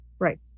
Right